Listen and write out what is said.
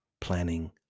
planning